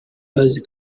azi